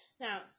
now